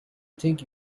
think